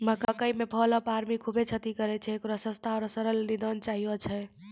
मकई मे fall of army खूबे क्षति करेय छैय, इकरो सस्ता आरु सरल निदान चाहियो छैय?